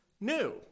new